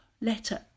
letter